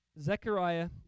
Zechariah